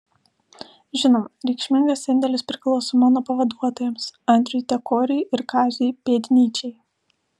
žinoma reikšmingas indėlis priklauso mano pavaduotojams andriui tekoriui ir kaziui pėdnyčiai